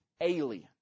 alien